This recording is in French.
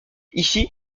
ici